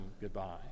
goodbye